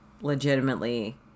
legitimately